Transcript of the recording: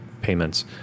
payments